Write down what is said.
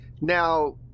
Now